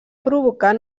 provocar